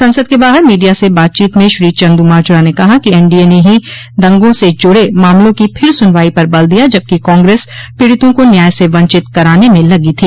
संसद के बाहर मीडिया से बातचीत में श्री चंद्रमाजरा ने कहा कि एनडीए ने ही दंगों से जुड़े मामलों की फिर सुनवाई पर बल दिया जबकि कांग्रेस पीड़ितों को न्याय से वंचित कराने में लगी थी